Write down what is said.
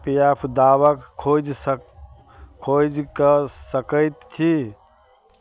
पी F दावाके खोज सक खोज कऽ सकै छी